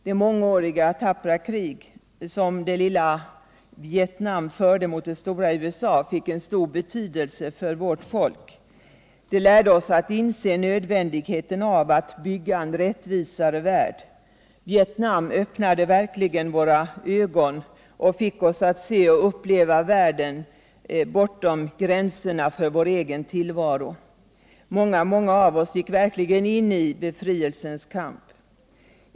Det mångåriga tappra krig som det lilla landet Vietnam förde mot det stora USA fick en stor betydelse för vårt folk. Det lärde oss att inse nödvändigheten av att bygga en rättvisare värld. Vietnam öppnade verkligen våra ögon och fick oss att se och uppleva världen bortom gränserna för vår egen tillvaro. Många av oss engagerade oss verkligen i befrielsens kamp.